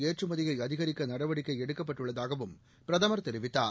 ஏற்றுமதியை அதிகரிக்க நடவடிக்கை எடுக்கப்பட்டுள்ளதாகவும் பிரதமர் தெரிவித்தார்